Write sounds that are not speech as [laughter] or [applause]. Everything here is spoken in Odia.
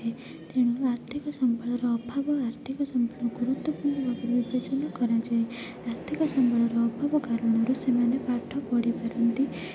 ତେଣୁ ଆର୍ଥିକ ସମ୍ବଳର ଅଭାବ ଆର୍ଥିକ [unintelligible] ଗୁରୁତ୍ଵପୂର୍ଣ୍ଣ ଭାବରେ [unintelligible] କରାଯାଏ ଆର୍ଥିକ ସମ୍ବଳର ଅଭାବ କାରଣରୁ ସେମାନେ ପାଠ ପଢ଼ି ପାରନ୍ତି